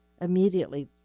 immediately